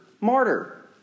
martyr